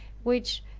which,